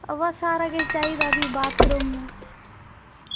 बाऽ सारा किश चाहिदा भी बाथरूम